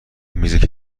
میزی